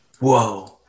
Whoa